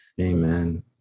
Amen